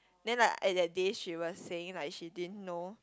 then like at that day she was saying like she didn't know